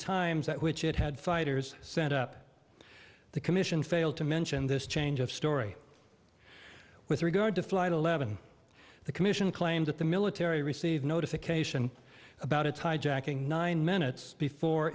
times at which it had fighters set up the commission failed to mention this change of story with regard to flight eleven the commission claimed that the military received notification about its hijacking nine minutes before